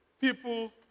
people